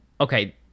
Okay